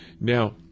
Now